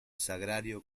sagrario